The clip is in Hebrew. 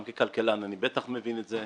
גם ככלכלן אני מבין את זה,